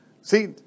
See